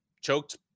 choked